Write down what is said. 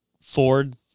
ford